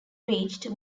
reached